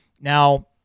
Now